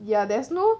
ya there's no